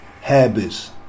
Habits